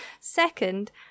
second